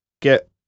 Get